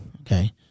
okay